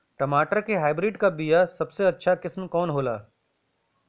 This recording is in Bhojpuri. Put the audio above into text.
टमाटर के हाइब्रिड क बीया सबसे अच्छा किस्म कवन होला?